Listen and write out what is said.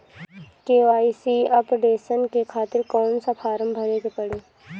KYC updation के खातिर कौन सा फारम भरे के पड़ी?